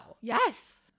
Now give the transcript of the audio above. Yes